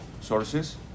sources